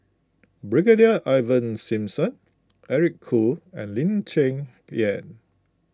Brigadier Ivan Simson Eric Khoo and Lee Cheng Yan